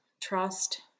trust